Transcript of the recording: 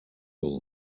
all